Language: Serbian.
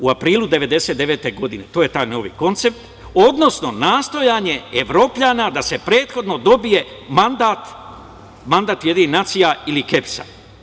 U aprilu 1999. godine, to je taj novi koncept, odnosno nastojanje Evropljana da se prethodno dobije mandat UN ili Kepsa.